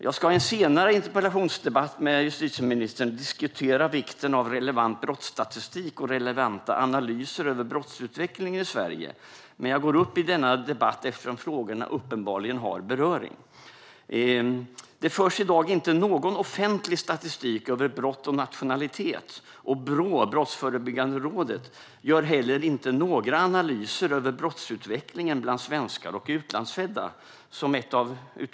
Jag kommer i en senare interpellationsdebatt med justitieministern att diskutera vikten av relevant brottsstatistik och relevanta analyser av brottsutvecklingen i Sverige. Jag deltar dock även i den här debatten eftersom frågorna uppenbarligen har beröring. Det förs i dag ingen offentlig statistik över brott och nationalitet. Som ett av utomordentligt få länder i världen gör Sverige via Brottsförebyggande rådet, Brå, heller inga analyser av brottsutvecklingen bland svenskar och utlandsfödda.